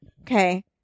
Okay